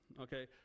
okay